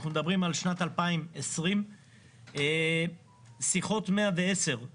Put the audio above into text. אנחנו מדברים על שנת 2020. שיחות 110 הן